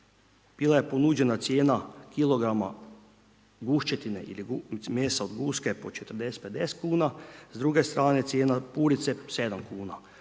bila je ponuđena cijena kilograma guščetine ili mesa od guske po 40, 50 kuna, s druge strane, cijena purice 7 kuna.